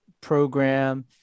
program